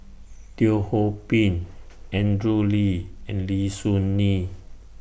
Teo Ho Pin Andrew Lee and Lim Soo Ngee